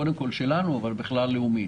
קודם כול שלנו אבל בכלל בעיה לאומית.